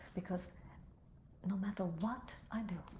because no matter what i do